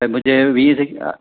भई मुंहिंजे वीह